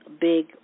big